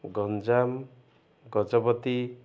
Ganjam Gajapati